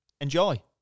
Enjoy